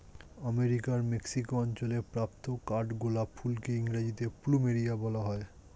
আমেরিকার মেক্সিকো অঞ্চলে প্রাপ্ত কাঠগোলাপ ফুলকে ইংরেজিতে প্লুমেরিয়া বলা হয়